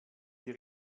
ihr